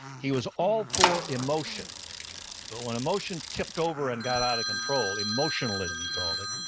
he was all for emotion, but when emotion tipped over and got out of control, emotionalism he called it,